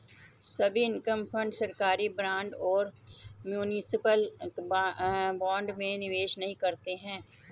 सभी income fund सरकारी bond और म्यूनिसिपल बॉन्ड में निवेश नहीं करते हैं